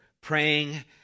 praying